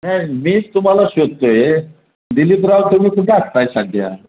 नाही मीच तुम्हाला शोधतो आहे दिलीपराव तुम्ही कुठे असताय सध्या